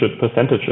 percentages